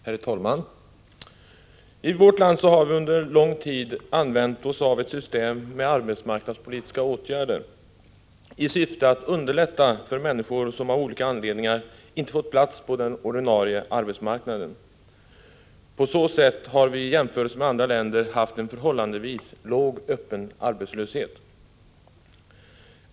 Herr talman! I vårt land har vi under lång tid använt oss av ett system med arbetsmarknadspolitiska åtgärder i syfte att underlätta för människor som av olika anledningar inte fått plats på den ordinarie arbetsmarknaden. På så sätt har vi haft en i jämförelse med andra länder förhållandevis låg öppen arbetslöshet.